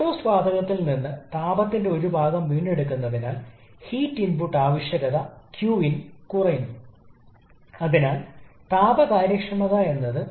കംപ്രസ്സറിനും ടർബൈനിനുമുള്ള ഐസന്റ്രോപിക് കാര്യക്ഷമത നൽകിയിട്ടുണ്ട് അവ ഈ കേസിൽ പ്രത്യേകമാണ്